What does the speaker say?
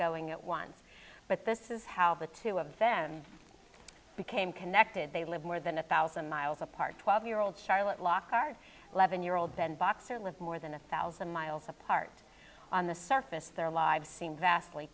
going at once but this is how the two of them became connected they live more than a thousand miles apart twelve year old charlotte lockhart eleven year olds and boxer live more than a thousand miles apart on the surface their lives seem vastly